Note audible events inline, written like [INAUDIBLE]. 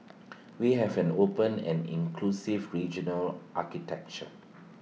[NOISE] we have an open and inclusive regional architecture